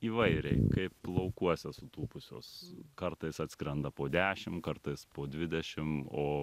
įvairiai kaip laukuose sutūpusios kartais atskrenda po dešim kartais po dvidešim o